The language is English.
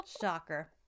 shocker